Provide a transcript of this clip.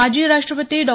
माजी राष्टपती डॉ